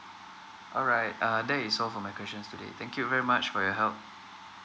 alright err that is all for my questions today thank you very much for your help